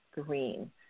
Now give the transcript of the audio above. green